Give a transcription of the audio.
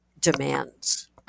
demands